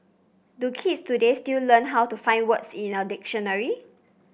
do kids today still learn how to find words in a dictionary